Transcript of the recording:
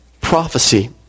Prophecy